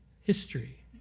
history